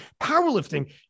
powerlifting